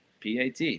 PAT